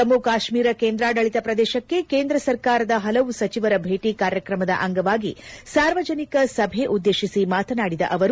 ಜಮ್ಮ ಕಾಶ್ಮೀರ ಕೇಂದ್ರಾಡಳಿತ ಪ್ರದೇಶಕ್ಕೆ ಕೇಂದ್ರ ಸರ್ಕಾರದ ಹಲವು ಸಚಿವರ ಭೇಟ ಕಾರ್ಯಕ್ರಮದ ಅಂಗವಾಗಿ ಸಾರ್ವಜನಿಕ ಸಭೆ ಉದ್ದೇಶಿಸಿ ಮಾತನಾಡಿದ ಅವರು